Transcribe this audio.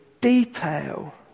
detail